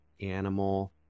animal